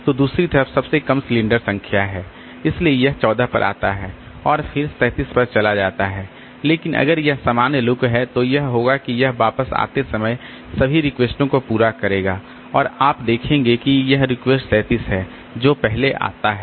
तो दूसरी तरफ सबसे कम सिलेंडर संख्या है इसलिए यह 14 पर आता है और फिर 37 पर चला जाता है लेकिन अगर यह एक सामान्य LOOK है तो यह होगा कि यह वापस आते समय सभी रिक्वेस्टों को पूरा करेगा और आप देखेंगे कि यह रिक्वेस्ट 37 है जो पहले आता है